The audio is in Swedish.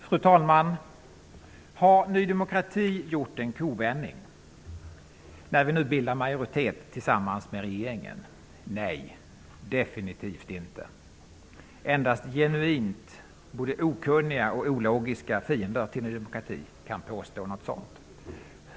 Fru talman! Har vi i Ny demokrati gjort en kovändning när vi nu bildar majoritet tillsammans med regeringen? Nej, definitivt inte. Endast genuint både okunniga och ologiska fiender till Ny demokrati kan påstå något sådant.